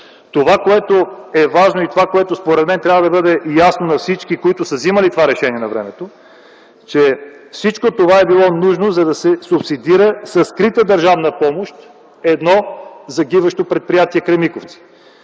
Това, което е важно и което според мен трябва да бъде ясно на всички, които са вземали това решение навремето – че всичко това е било нужно, за да се субсидира със скрита държавна помощ едно загиващо предприятие - „Кремиковци”.